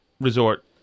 resort